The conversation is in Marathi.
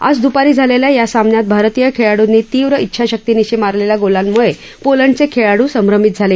आज द्पारी झालेल्या या सामन्यात भारतीय खेळाडूंनी तीव्र उंछाशक्तीनिशी मारलेल्या गोलांमुळे पोलंडचे खेळाडू संभ्रमित झाले